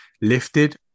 lifted